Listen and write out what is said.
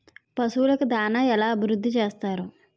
పశువులకు దాన అభివృద్ధి ఎలా చేస్తారు?